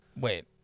Wait